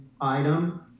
item